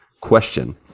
question